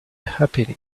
happily